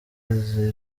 izi